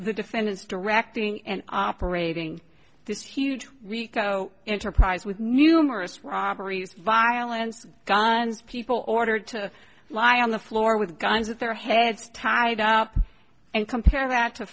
the defendants directing and operating this huge rico enterprise with numerous robberies violence guns people ordered to lie on the floor with guns with their heads tied up and compare that to